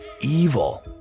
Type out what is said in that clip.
evil